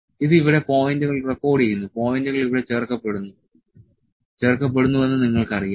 ഇത് ഇവിടെ പോയിന്റുകൾ റെക്കോർഡുചെയ്യുന്നു പോയിന്റുകൾ ഇവിടെ ചേർക്കപെടുന്നുവെന്നു നിങ്ങൾക്കറിയാം